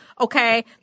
okay